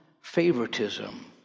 favoritism